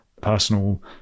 personal